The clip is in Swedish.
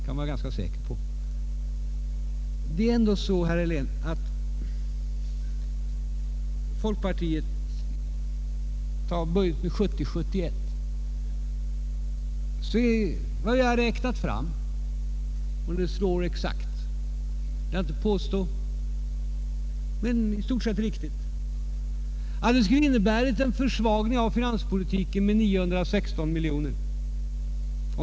Det är ändå så, herr Helén, att folkpartiet beträffande budgeten för 1970/71 framlagt förslag som — det är vad vi har räknat fram, och jag vill inte påstå att det slår exakt så, men det är i stort sett riktigt — skulle innebära en försvagning av finanspolitiken med 916 miljoner.